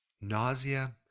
nausea